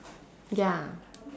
ya